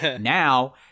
Now